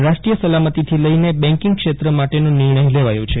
રાષ્ટ્રીય સલામતી થી લઈને બેંકિંગ ક્ષેત્ર માટેના નિર્ણયો લેવાયા છે